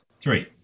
Three